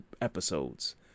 episodes